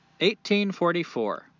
1844